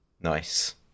Nice